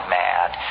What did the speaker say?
mad